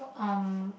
um